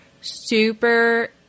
super